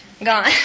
gone